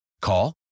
Call